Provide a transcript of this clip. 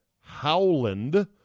Howland